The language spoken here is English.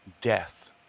death